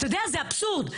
זה אבסורד,